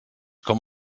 com